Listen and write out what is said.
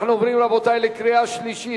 אנחנו עוברים, רבותי, לקריאה שלישית.